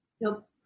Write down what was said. Nope